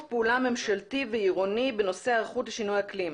פעולה ממשלתי ועירוני בנושא ההיערכות לשינוי אקלים.